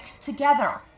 together